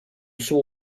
sua